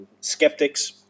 skeptics